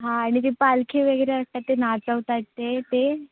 हां आणि ते पालखी वगैरे असतात ते नाचवतात ते ते